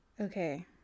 okay